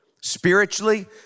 spiritually